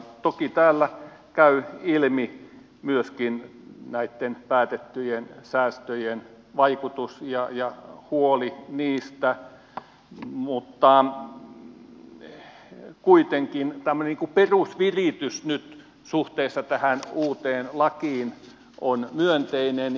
toki täältä käy ilmi myöskin näitten päätettyjen säästöjen vaikutus ja huoli niistä mutta kuitenkin tämmöinen niin kuin perusviritys suhteessa tähän uuteen lakiin on myönteinen